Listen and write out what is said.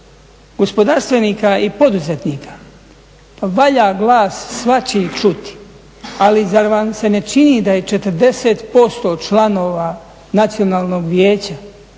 gospodarstvenika i poduzetnika, pa valja glas svačiji čuti. Ali zar vam se ne čini da je 40% članova Nacionalnog vijeća